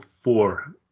four